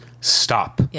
stop